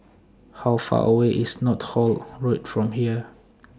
How Far away IS Northolt Road from here